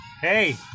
Hey